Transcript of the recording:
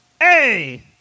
Hey